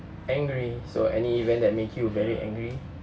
angry so any event that make you very angry